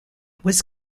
was